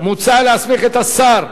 מוצע להסמיך את השר,